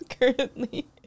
currently